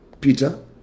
Peter